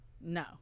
no